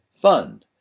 fun